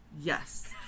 Yes